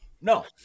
No